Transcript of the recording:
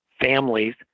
families